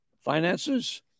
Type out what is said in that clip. finances